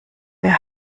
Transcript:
wer